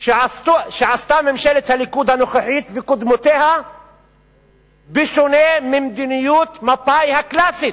שעשו ממשלת הליכוד הנוכחית וקודמותיה בשונה ממדיניות מפא"י הקלאסית,